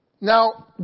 Now